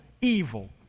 evil